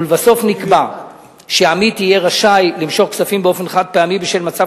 ולבסוף נקבע שעמית יהיה רשאי למשוך כספים באופן חד-פעמי בשל מצב